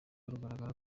rugaragaza